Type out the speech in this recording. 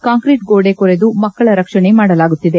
concrete ಗೋಡೆ ಕೊರೆದು ಮಕ್ಕಳ ರಕ್ಷಣೆ ಮಾಡಲಾಗುತ್ತಿದೆ